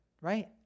right